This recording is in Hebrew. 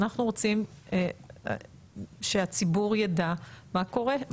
אנחנו רוצים שהציבור ידע מה קורה?